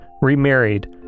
remarried